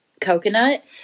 Coconut